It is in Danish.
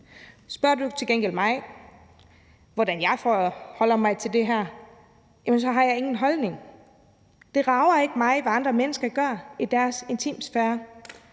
Spørger du til gengæld mig, hvordan jeg forholder mig til det her, så har jeg ingen holdning. Det rager ikke mig, hvad andre mennesker gør i deres intimsfære.